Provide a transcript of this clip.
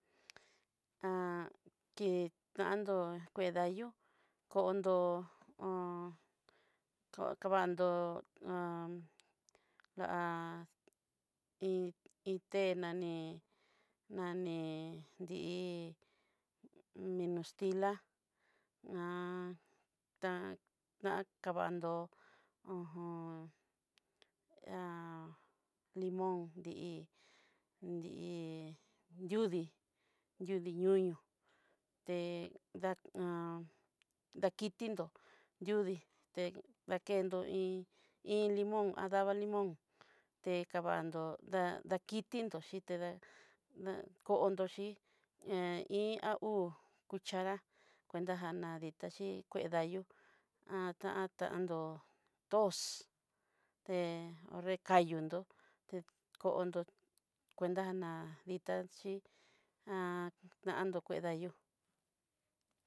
kitabdó'ó kuedayú kondó hó kokavandó'o a iin iin té nani nani dí'i mino kastilá ta kavandó uj he limón di'i di'i yudii yudii ñoñó té dad'a dakitintó yudii dakndó iin limón va limón, te kavando dakitinto xhitidá'a kondó xhii he iin a uu cuchará, cuenta jadí taxhii kué dayú tandó tós te rekanduyó kondó cuenta ná ditaxhí ntó kuedayúu.